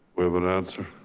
we have an answer.